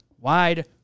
wide